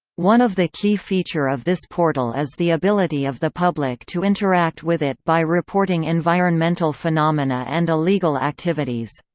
one of the key feature of this portal is the ability of the public to interact with it by reporting environmental phenomena and illegal activities.